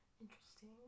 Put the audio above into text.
interesting